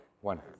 One